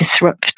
disrupt